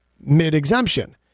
mid-exemption